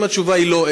אם התשובה היא לא,